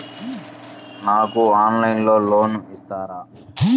నాకు ఆన్లైన్లో లోన్ ఇస్తారా?